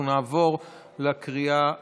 אנחנו נעבור לקריאה השלישית.